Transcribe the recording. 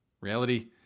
reality